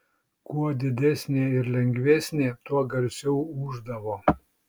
kuo didesnė ir lengvesnė tuo garsiau ūždavo